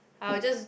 I will just